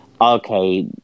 okay